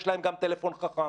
יש להם גם טלפון חכם.